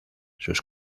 sus